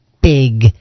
big